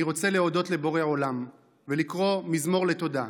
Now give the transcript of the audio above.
אני רוצה להודות לבורא עולם ולקרוא מזמור לתודה.